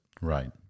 Right